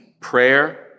prayer